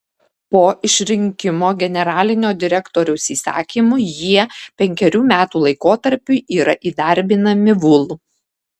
po išrinkimo generalinio direktoriaus įsakymu jie penkerių metų laikotarpiui yra įdarbinami vul